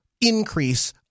Increase